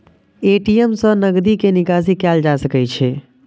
ATM सं नकदी के निकासी कैल जा सकै छै